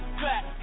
clap